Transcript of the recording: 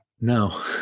No